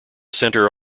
center